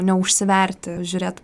neužsiverti žiūrėt